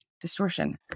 distortion